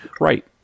right